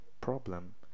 problem